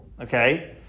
okay